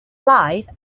life